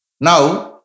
now